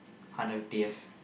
hundred and fifty years